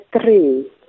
three